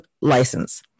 license